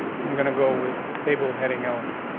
i'm gonna go with table heading element.